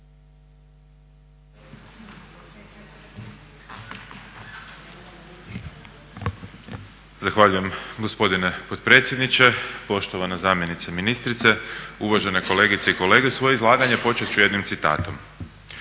Zahvaljujem gospodine potpredsjedniče, poštovana zamjenice ministrice, uvažene kolegice i kolege. Svoje izlaganje početi ću jednim citatom: